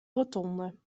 rotonde